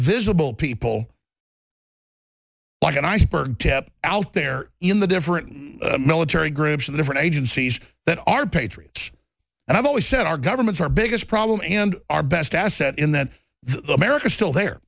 visible people an iceberg tip out there in the different military groups and different agencies that are patriots and i've always said our governments our biggest problem and our best asset in that the americans still there